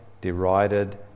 derided